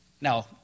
Now